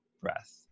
breath